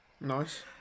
Nice